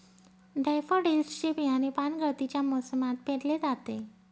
daffodils चे बियाणे पानगळतीच्या मोसमात पेरले जाते